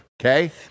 Okay